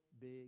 big